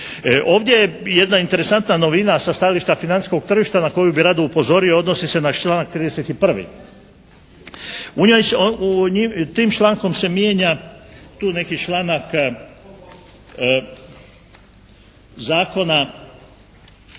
Ovdje je jedna interesantna novina sa stajališta financijskog tržišta na koju bi rado upozorio. Odnosi se na članak 31. U njoj se, tim člankom se mijenja tu neki članak Zakona,